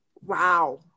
wow